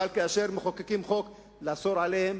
אבל כאשר מחוקקים חוק כדי לאסור עליהם